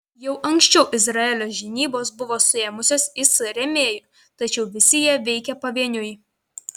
jau anksčiau izraelio žinybos buvo suėmusios is rėmėjų tačiau visi jie veikė pavieniui